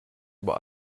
über